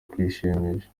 kwishimisha